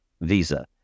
visa